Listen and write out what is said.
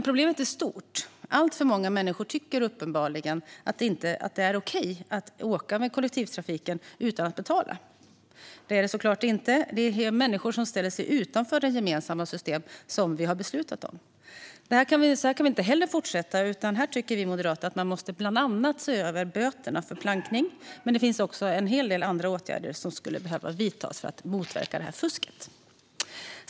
Problemet är dock stort, och alltför många människor tycker uppenbarligen att det är okej att resa kollektivt utan att betala. Det är det självklart inte. Det handlar om människor som ställer sig utanför det gemensamma system som vi har beslutat om. Så här kan det inte heller fortsätta, och därför tycker vi moderater att man bland annat måste se över böterna för plankning. Det behöver också vidtas andra åtgärder för att motverka detta fusk.